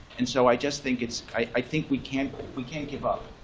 and so i just think it's i think we can't we can't give up.